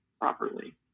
properly